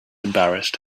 embarrassed